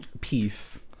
peace